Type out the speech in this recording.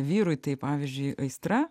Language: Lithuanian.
vyrui tai pavyzdžiui aistra